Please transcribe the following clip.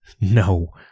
No